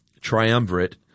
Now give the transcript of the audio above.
triumvirate